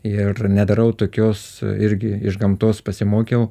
ir nedarau tokios irgi iš gamtos pasimokiau